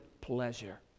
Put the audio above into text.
pleasure